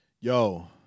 Yo